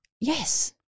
Yes